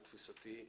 לתפישתי,